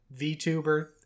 VTuber